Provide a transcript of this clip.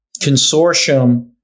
consortium